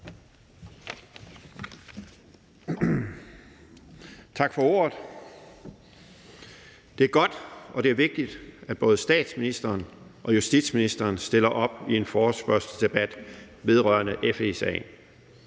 Tak for ordet. Det er godt, og det er vigtigt, at både statsministeren og justitsministeren stiller op i en forespørgselsdebat vedrørende FE-sagen.